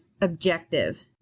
objective